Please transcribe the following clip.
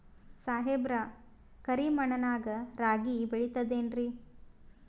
ಸಾಹೇಬ್ರ, ಕರಿ ಮಣ್ ನಾಗ ರಾಗಿ ಬೆಳಿತದೇನ್ರಿ?